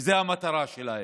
וזו המטרה שלהם.